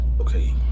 okay